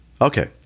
Okay